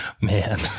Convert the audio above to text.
Man